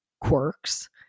quirks